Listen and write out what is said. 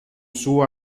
suo